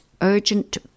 urgent